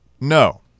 No